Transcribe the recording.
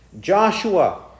Joshua